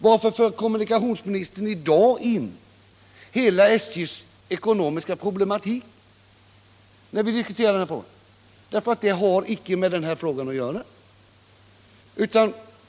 Varför för kommunikationsministern i dag in hela SJ:s ekonomiska problematik, när vi diskuterar den här frågan? Den problematiken har icke med denna fråga att göra.